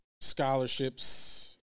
scholarships